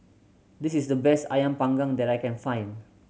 this is the best Ayam Panggang that I can find